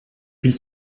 huile